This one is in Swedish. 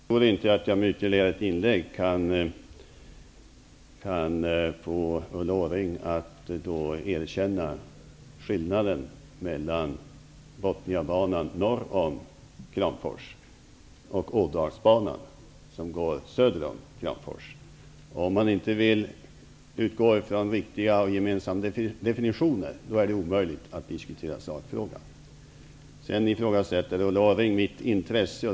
Herr talman! Jag skall fatta mig helt kort. Jag tror inte att jag med ett ytterligare inlägg kan få Ulla Orring att erkänna skillnaden mellan Bothniabanan norr om Kramfors och Ådalsbanan, som går söder om Kramfors. Om man inte vill utgå från riktiga och gemensamma definitioner är det omöjligt att diskutera sakfrågan. Ulla Orring ifrågasätter mitt intresse.